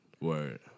Word